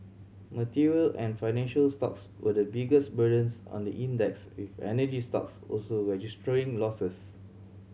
material and financial stocks were the biggest burdens on the index with energy stocks also registering losses